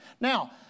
Now